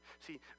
See